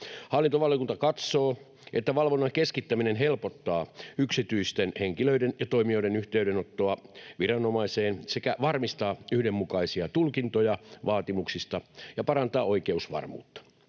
Hallintovaliokunta katsoo, että valvonnan keskittäminen helpottaa yksityisten henkilöiden ja toimijoiden yhteydenottoa viranomaiseen sekä varmistaa yhdenmukaisia tulkintoja vaatimuksista ja parantaa oikeusvarmuutta.